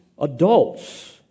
adults